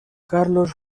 carlos